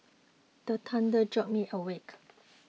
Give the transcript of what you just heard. the thunder jolt me awake